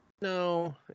no